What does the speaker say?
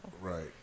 right